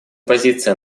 позиция